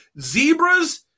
zebras